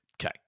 Okay